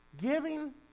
Giving